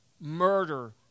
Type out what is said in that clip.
murder